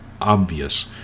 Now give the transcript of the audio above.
obvious